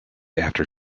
after